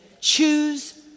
choose